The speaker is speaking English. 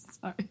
Sorry